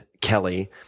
kelly